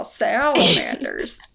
salamanders